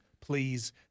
please